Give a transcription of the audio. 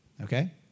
Okay